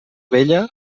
vella